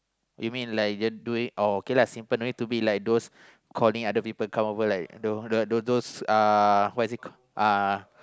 you mean like just doing oh okay lah simple no need to be like those calling other people come over like those those uh what is it call uh